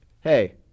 hey